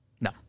No